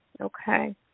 okay